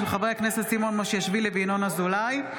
של חברי הכנסת סימון מושיאשוילי וינון אזולאי.